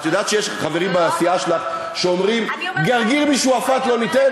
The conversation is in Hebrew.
את יודעת שיש חברים בסיעה שלך שאומרים: גרגר משועפאט לא ניתן?